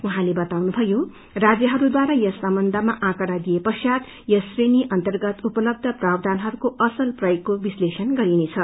उहाँले बताउनुभयो राज्यहरूद्वारा यस सम्बन्धमा आँकड़ा दिइएपश्चात् यस श्रेणी अर्न्तगत उपलब्ध प्रावधानहरूको असल प्रयोगको विश्लेषण गरिनेछ